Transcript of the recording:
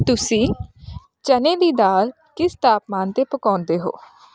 ਤੁਸੀਂ ਚਨੇ ਦੀ ਦਾਲ ਕਿਸ ਤਾਪਮਾਨ 'ਤੇ ਪਕਾਉਂਦੇ ਹੋ